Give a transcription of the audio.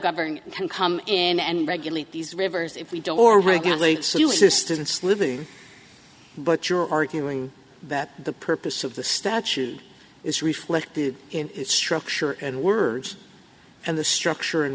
government can come in and regulate these rivers if we don't or regulate so us is students living but you're arguing that the purpose of the statute is reflected in its structure and words and the structure and